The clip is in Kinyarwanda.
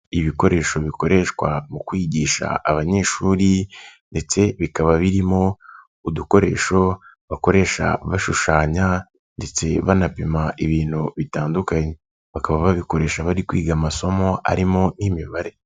Ibikoresho bikoreshwa mu kwigisha abanyeshuri ndetse bikaba birimo, udukoresho bakoresha bashushanya ndetse banapima ibintu bitandukanye, bakaba babikoresha bari kwiga amasomo arimo nk'imibare.